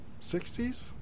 60s